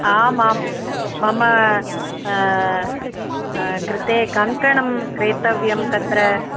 आम् आं मम कृते कङ्कणं क्रेतव्यं तत्र